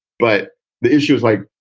but the issue is like,